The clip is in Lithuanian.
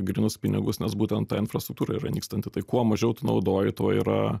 grynus pinigus nes būtent ta infrastruktūra yra nykstanti tai kuo mažiau tu naudoji tuo yra